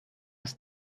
was